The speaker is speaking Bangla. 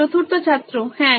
চতুর্থ ছাত্র হ্যাঁ